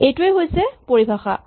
এইটোৱেই হৈছে পৰিভাষা